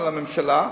של הממשלה,